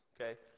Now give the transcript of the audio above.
Okay